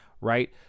right